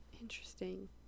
interesting